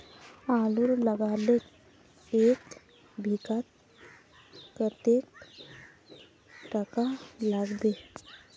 आलूर लगाले एक बिघात कतेक टका लागबे?